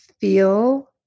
feel